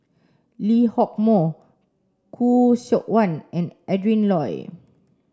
Lee Hock Moh Khoo Seok Wan and Adrin Loi